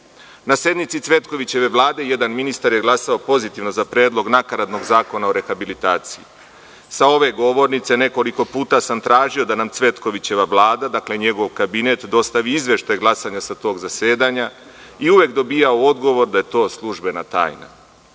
sednici Cvetkovićeve Vlade jedan ministar je glasao pozitivno za predlog nakaradnog Zakona o rehabilitaciji. Sa ove govornice nekoliko puta sam tražio da nam Cvetovićeva Vlada, dakle njegov kabinet, dostavi izveštaj glasanja sa tog zasedanja i uvek dobijao odgovor da je to službena tajna.